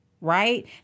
Right